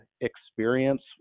Experience